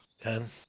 Ten